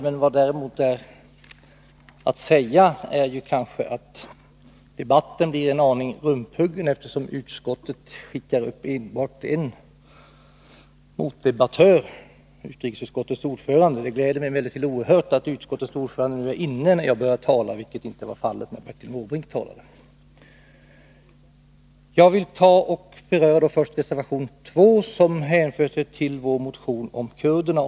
Vad som däremot är att säga är att debatten kanske blir en aning rumphuggen, eftersom utskottet skickar upp endast en motdebattör, utrikesutskottets ordförande. Det gläder mig emellertid oerhört att utskottets ordförande nu är inne när jag talar, vilket inte var fallet när Bertil Måbrink talade. Jag vill först beröra reservation 2, som hänför sig till vår motion om kurderna.